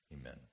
Amen